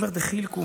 אני אומר: דחילקום,